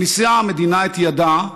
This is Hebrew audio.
מכניסה המדינה את ידה,